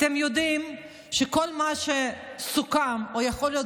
אתם יודעים שכל מה שסוכם או יכול להיות